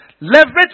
Leverage